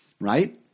right